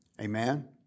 Amen